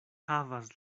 havas